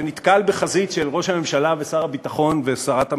שנתקל בחזית של ראש הממשלה ושר הביטחון ושרת המשפטים,